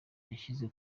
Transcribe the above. yashyize